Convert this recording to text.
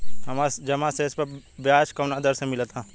हमार जमा शेष पर ब्याज कवना दर से मिल ता?